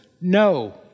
No